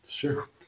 Sure